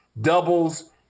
doubles